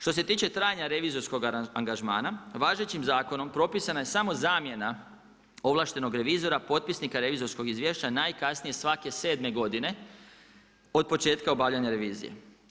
Što se tiče trajanja revizorskog angažmana, važećim zakonom propisana je samo zamjena ovlaštenog revizora potpisnika revizorskog izvješća najkasnije svake sedme godine od početka obavljanja revizije.